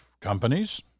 companies –